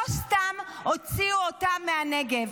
לא סתם הוציאו אותה מהנגב.